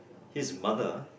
his mother